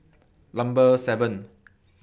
Number seven